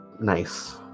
nice